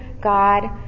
God